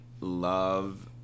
love